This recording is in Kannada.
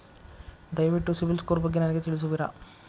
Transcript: ದಯವಿಟ್ಟು ಸಿಬಿಲ್ ಸ್ಕೋರ್ ಬಗ್ಗೆ ನನಗೆ ತಿಳಿಸುವಿರಾ?